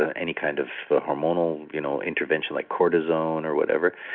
ah any kind of hormonal you know intervention like cortisone or whatever,